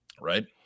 Right